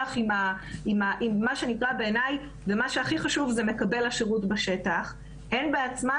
עם מה שנקרא בעיניי מקבל השירות בשטח - הן בעצמן